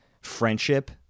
friendship